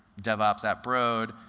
devops at broad,